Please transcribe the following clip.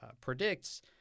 predicts